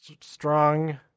strong